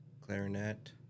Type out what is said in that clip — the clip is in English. clarinet